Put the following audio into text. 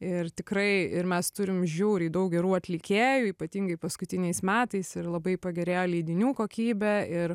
ir tikrai ir mes turim žiauriai daug gerų atlikėjų ypatingai paskutiniais metais ir labai pagerėjo leidinių kokybė ir